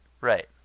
Right